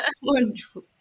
Wonderful